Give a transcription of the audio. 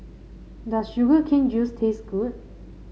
does Sugar Cane Juice taste good